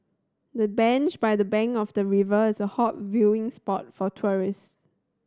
the bench by the bank of the river is a hot viewing spot for tourist